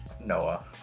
Noah